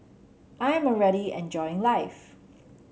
I am already enjoying my life